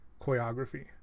choreography